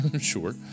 Sure